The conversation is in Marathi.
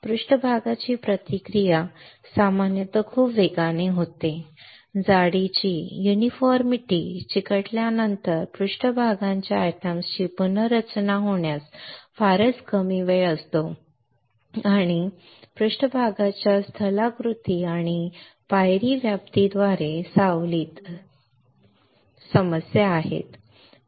पृष्ठभागाची प्रतिक्रिया सामान्यत खूप वेगाने होते जाडीची एकसमानता चिकटवल्यानंतर पृष्ठभागाच्या एटम ची पुनर्रचना होण्यास फारच कमी वेळ असतो आणि पृष्ठभागाच्या स्थलाकृति आणि पायरी व्याप्तीद्वारे सावलीत समस्या ठीक आहेत